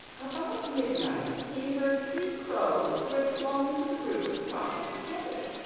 about midnight he heard three crows, who had flown to the roof, talking together.